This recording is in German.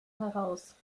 heraus